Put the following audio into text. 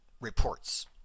reports